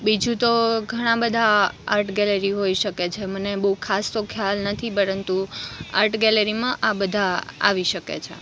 બીજું તો ઘણાં બધાં આર્ટ ગેલેરી હોઈ શકે છે મને બહુ ખાસ તો ખ્યાલ નથી પરંતુ આર્ટ ગેલેરીમાં આ બધાં આવી શકે છે